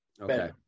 okay